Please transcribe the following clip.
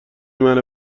منو